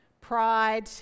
pride